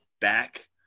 back